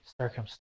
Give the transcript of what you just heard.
circumstance